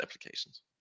applications